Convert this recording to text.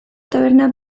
tabernan